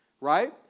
right